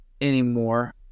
anymore